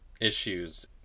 issues